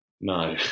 No